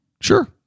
Sure